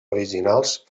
originals